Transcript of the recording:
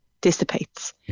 dissipates